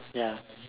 ya